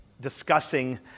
discussing